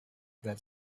that